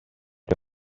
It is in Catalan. que